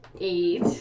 Eight